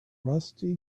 rusty